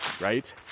right